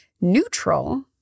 neutral